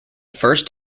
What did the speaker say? first